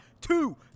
two